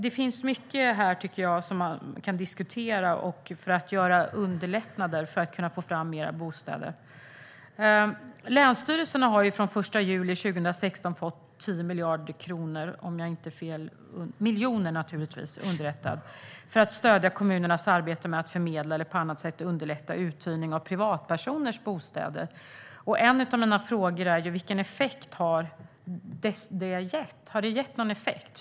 Det finns alltså mycket här som man kan diskutera för att underlätta att ta fram fler bostäder. Länsstyrelserna har från den 1 juli 2016 fått 10 miljoner för att stödja kommunernas arbete med att förmedla eller på annat sätt underlätta uthyrning av privatpersoners bostäder. En av mina frågor är vilken effekt detta har gett. Har det gett någon effekt?